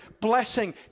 blessing